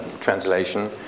translation